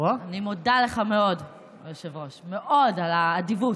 אני מודה לך מאוד, היושב-ראש, מאוד, על האדיבות.